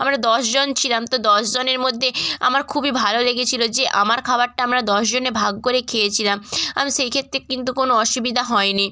আমরা দশ জন ছিলাম তো দশ জনের মধ্যে আমার খুবই ভালো লেগেছিল যে আমার খাবারটা আমরা দশ জনে ভাগ করে খেয়েছিলাম আমি সেই ক্ষেত্রে কিন্তু কোনো অসুবিধা হয়নি